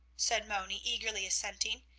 said moni, eagerly assenting,